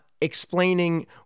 explaining